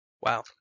Wow